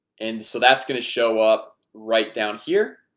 and so that's gonna show up right down here.